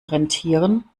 rentieren